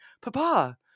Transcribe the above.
Papa